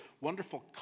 wonderful